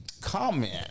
comment